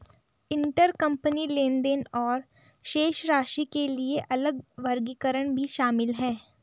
intercompany लेनदेन और शेष राशि के लिए अलग वर्गीकरण भी शामिल हैं